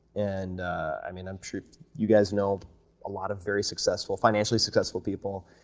and i mean, i'm sure you guys know a lot of very successful, financially successful people.